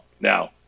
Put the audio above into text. Now